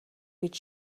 гэж